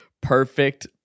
perfect